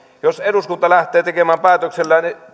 jos eduskunta lähtee tekemään päätöksiä